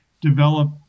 develop